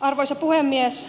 arvoisa puhemies